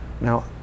Now